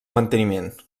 manteniment